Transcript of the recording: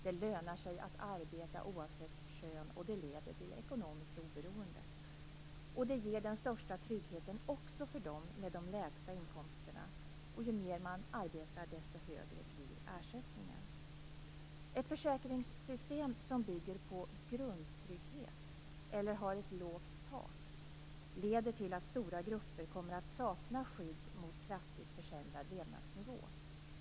Det lönar sig att arbeta, oavsett kön, och det leder till ekonomiskt oberoende. Det ger den största tryggheten också för dem med de lägsta inkomsterna, och ju mer man arbetar, desto högre blir ersättningen. Ett försäkringssystem som bygger på grundtrygghet eller har ett lågt tak leder till att stora grupper kommer att sakna skydd mot kraftigt försämrad levnadsnivå.